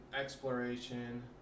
Exploration